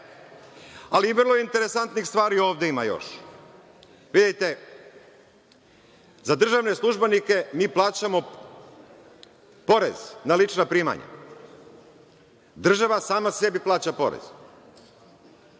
ima još interesanitnih stvari. Vidite, za državne službenike mi plaćamo porez na lična primanja. Država sama sebi plaća porez.